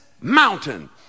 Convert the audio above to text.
mountain